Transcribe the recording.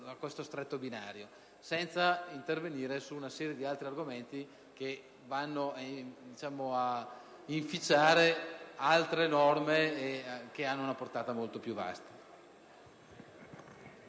senza intervenire su una serie di altri argomenti che vanno ad inficiare norme di portata molto più vasta.